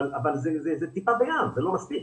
אבל זה טיפה בים, זה לא מספיק.